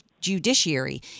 judiciary